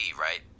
right